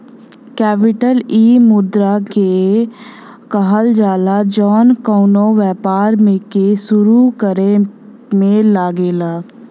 capital इ मुद्रा के कहल जाला जौन कउनो व्यापार के सुरू करे मे लगेला